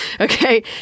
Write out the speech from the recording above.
Okay